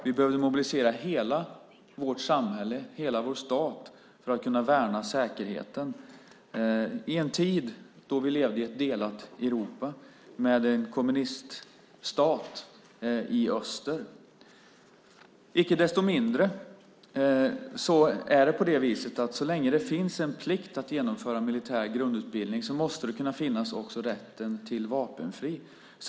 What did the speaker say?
Vi behövde mobilisera hela vårt samhälle, hela vår stat, för att kunna värna säkerheten i en tid då vi levde i ett delat Europa med en kommuniststat i öster. Icke desto mindre är det så att så länge det finns en plikt att genomföra militär grundutbildning måste också rätten till vapenfrihet finnas.